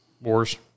Wars